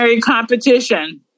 competition